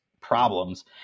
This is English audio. problems